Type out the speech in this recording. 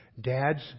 dad's